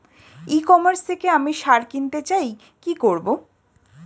ই commerce থেকে আমি সার কিনতে চাই কি করব?